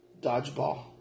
Dodgeball